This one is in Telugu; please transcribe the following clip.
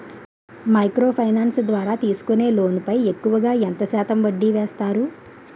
మైక్రో ఫైనాన్స్ ద్వారా తీసుకునే లోన్ పై ఎక్కువుగా ఎంత శాతం వడ్డీ వేస్తారు?